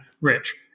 rich